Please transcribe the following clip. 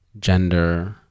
gender